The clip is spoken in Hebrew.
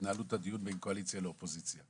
להתנהלות הדיון בין קואליציה לאופוזיציה.